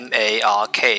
Mark